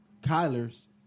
Kyler's